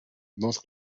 nos